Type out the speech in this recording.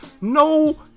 No